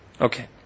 Okay